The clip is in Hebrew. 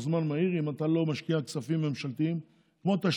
זמן קצר אם אתה לא משקיע כספים ממשלתיים לתשתית,